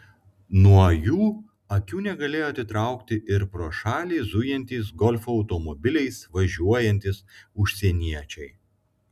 nuo jų akių negalėjo atitraukti ir pro šalį zujantys golfo automobiliais važiuojantys užsieniečiai